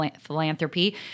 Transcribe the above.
philanthropy